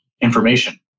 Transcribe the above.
information